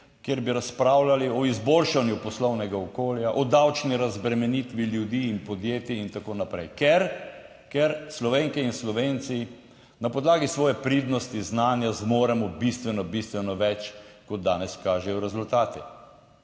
kjer bi razpravljali o izboljšanju poslovnega okolja, o davčni razbremenitvi ljudi in podjetij in tako naprej, ker, ker Slovenke in Slovenci na podlagi svoje pridnosti, znanja zmoremo bistveno, bistveno več kot danes kažejo rezultati.